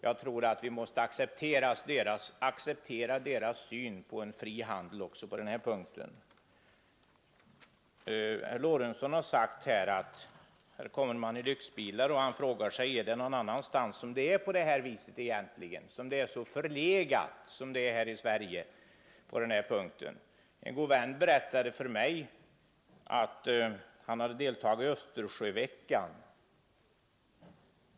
Jag tror att vi måste acceptera verkets syn på en fri handel också på den här punkten. Herr Lorentzon sade att här kommer generaldirektörer och landshövdingar i lyxbilar, och han frågade om det någon annanstans är så förlegat tade för mig att på den här punkten som det är i Sverige. En god vän be han deltagit i Östersjöveckan.